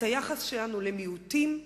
את היחס שלנו למיעוטים,